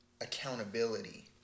Accountability